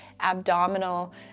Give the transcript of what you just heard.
abdominal